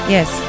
Yes